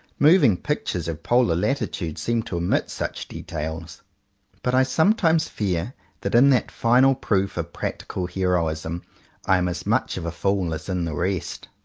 moving pictures of polar latitudes seem to omit such details but i sometimes fear that in that final proof of practical heroism i am as much of a fool as in the rest.